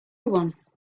one